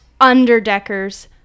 underdeckers